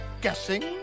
Guessing